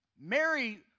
Mary